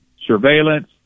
Surveillance